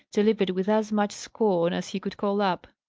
delivered with as much scorn as he could call up.